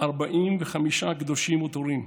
45 קדושים וטהורים,